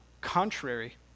contrary